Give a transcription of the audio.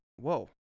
whoa